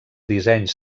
dissenys